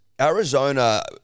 Arizona